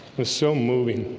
was so moving